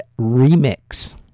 Remix